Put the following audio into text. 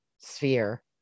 sphere